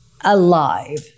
alive